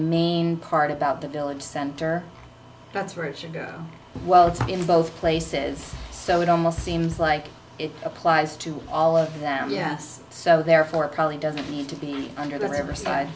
main part about the village center that's where it should go well it's in both places so it almost seems like it applies to all of them yes so therefore it probably doesn't need to be under the riverside